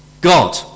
God